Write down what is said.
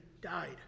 died